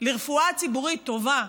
לרפואה ציבורית טובה,